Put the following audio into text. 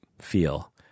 feel